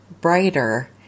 brighter